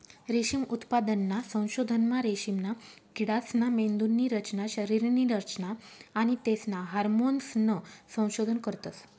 रेशीम उत्पादनना संशोधनमा रेशीमना किडासना मेंदुनी रचना, शरीरनी रचना आणि तेसना हार्मोन्सनं संशोधन करतस